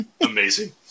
amazing